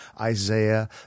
Isaiah